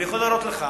אני יכול להראות לך